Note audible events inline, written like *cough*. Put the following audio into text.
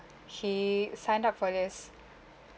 he signed up for this *breath*